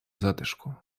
затишку